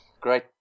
Great